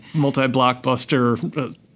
Multi-blockbuster